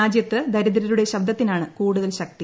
രാജ്യത്ത് ദരിദ്രരുടെ ശബ്ദത്തിനാണ് കൂടുതൽ ശക്തി